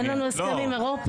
אין לנו הסכם עם אירופה.